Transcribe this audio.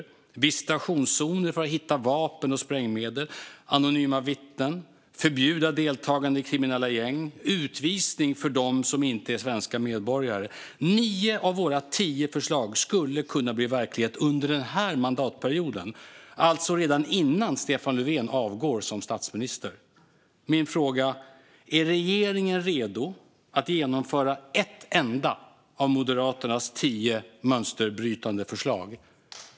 Det handlar om visitationszoner för att hitta vapen och sprängmedel, anonyma vittnen, förbud mot deltagande i kriminella gäng och utvisning för dem som inte är svenska medborgare. Nio av våra tio förslag skulle kunna bli verklighet under den här mandatperioden, alltså redan innan Stefan Löfven avgår som statsminister. Är regeringen redo att genomföra ett enda av Moderaternas tio mönsterbrytande förslag?